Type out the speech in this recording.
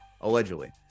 Allegedly